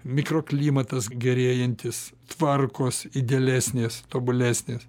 mikroklimatas gerėjantis tvarkos idealesnės tobulesnės